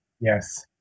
Yes